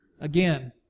again